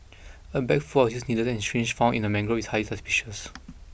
a bag full of used needles and syringe found in a mangrove is highly suspicious